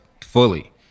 fully